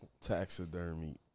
Taxidermy